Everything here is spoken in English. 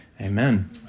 Amen